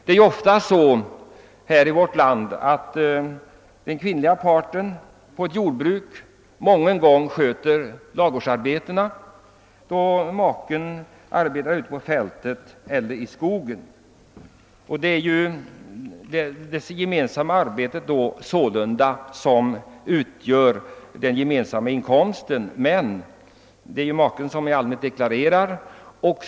Det är ofta så här i vårt land att den kvinnliga parten i ett jordbruk gör ladugårdsarbetena och att maken arbetar ute på fältet eller i skogen. Det är då det gemensamma arbetet som utgör grundvalen för den gemensamma inkomsten. Men det är ju i allmänhet maken som deklarerar.